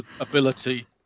ability